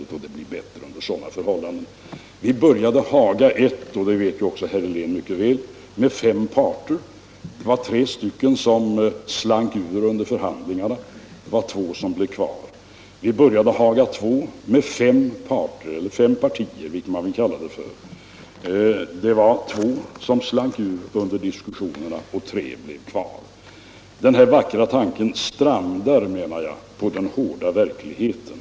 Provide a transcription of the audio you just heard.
Och vi började Haga I — det vet också herr Helén mycket väl — med fem parter. Det var två som slank ur — Allmänpolitisk under diskussionerna och tre blev kvar. Den vackra tanken strandar, debatt menar jag, på den hårda verkligheten.